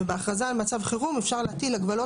כשבהכרזה על מצב חירום אפשר להטיל הגבלות